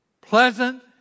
Pleasant